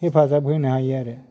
हेफाजाब होनो हायो आरो